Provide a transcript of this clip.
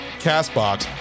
CastBox